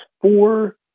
four